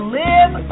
live